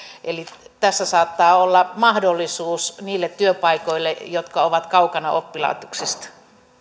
eli tässä saattaa olla mahdollisuus niille työpaikoille jotka ovat kaukana oppilaitoksista